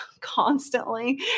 constantly